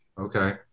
Okay